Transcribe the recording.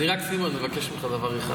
אני רק מבקש ממך דבר אחד,